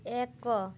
ଏକ